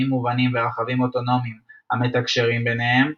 מובנים ורכבים אוטונומיים המתקשרים ביניהם,